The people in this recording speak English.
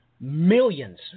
millions